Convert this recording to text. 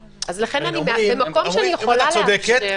לכן במקום שאני יכולה לאפשר --- הם אומרים: את צודקת,